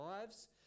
lives